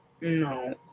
No